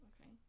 Okay